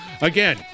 Again